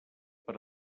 per